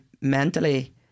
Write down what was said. mentally